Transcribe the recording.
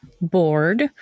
board